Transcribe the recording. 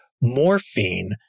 morphine